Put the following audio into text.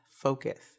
focus